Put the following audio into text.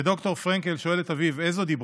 וד"ר פרנקל שואל את אביו: איזה דיבר?